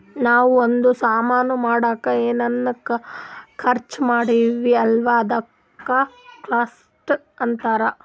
ನಾವೂ ಒಂದ್ ಸಾಮಾನ್ ಮಾಡ್ಲಕ್ ಏನೇನ್ ಖರ್ಚಾ ಮಾಡ್ತಿವಿ ಅಲ್ಲ ಅದುಕ್ಕ ಕಾಸ್ಟ್ ಅಂತಾರ್